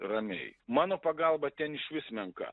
ramiai mano pagalba ten išvis menka